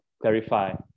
clarify